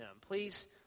Please